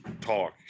talk